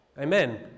Amen